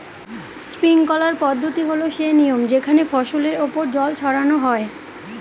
sprinkler পদ্ধতি হল সে নিয়ম যেখানে ফসলের ওপর জল ছড়ানো হয়